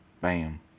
Bam